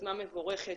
יוזמה מבורכת,